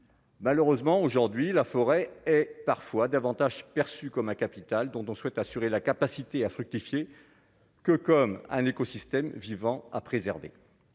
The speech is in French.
malheureusement, aujourd'hui, la forêt et parfois davantage perçu comme un capital dont on souhaite assurer la capacité à fructifier que comme un écosystème vivant à préserver,